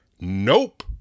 Nope